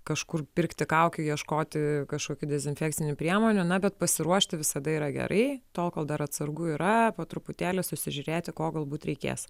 kažkur pirkti kaukių ieškoti kažkokių dezinfekcinių priemonių na bet pasiruošti visada yra gerai tol kol dar atsargų yra truputėlį susižiūrėti ko galbūt reikės